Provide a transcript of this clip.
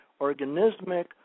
organismic